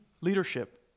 leadership